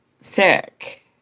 sick